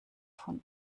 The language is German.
von